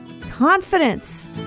confidence